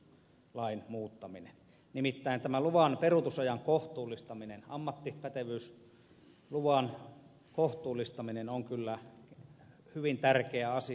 lain muuttaminen esityksessä nimittäin ammattipätevyysluvan peruutusajan kohtuullistaminen on kyllä hyvin tärkeä asia